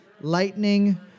lightning